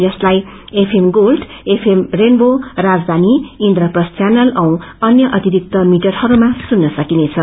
यसताई FM Gold FM Rainbow राजधानी Indraprastha channel औ अन्य अतिरिक्त मीटरहरूमा सुन्न सकिनेछ